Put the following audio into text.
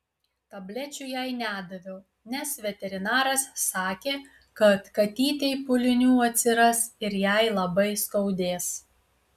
tablečių jai nedaviau nes veterinaras sakė kad katytei pūlinių atsiras ir jai labai skaudės